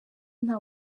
nta